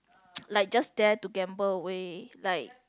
like just dare to gamble away like